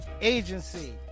Agency